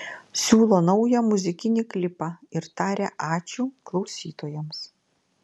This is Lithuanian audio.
siūlo naują muzikinį klipą ir taria ačiū klausytojams